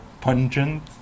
pungent